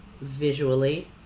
visually